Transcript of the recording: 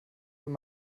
wenn